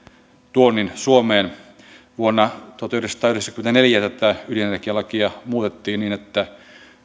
tuonnin suomeen vuonna tuhatyhdeksänsataayhdeksänkymmentäneljä tätä ydinenergialakia muutettiin niin että